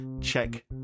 check